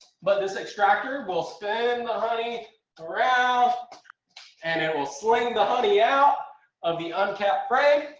but this extractor will spin and the honey around and it will sling the honey out of the uncapped frame.